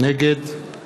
נגד